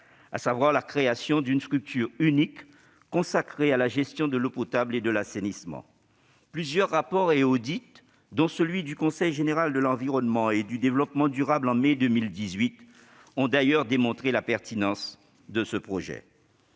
à savoir la création d'une structure unique consacrée à la gestion de l'eau potable et de l'assainissement. Plusieurs rapports et audits, dont celui du Conseil général de l'environnement et du développement durable (CGEDD), en mai 2018, ont d'ailleurs démontré la pertinence de ce projet.